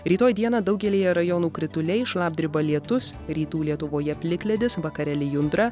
rytoj dieną daugelyje rajonų krituliai šlapdriba lietus rytų lietuvoje plikledis vakare lijundra